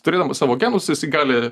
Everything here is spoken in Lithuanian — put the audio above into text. turėdamas savo genus jisai gali